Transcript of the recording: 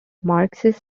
marxist